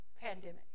pandemic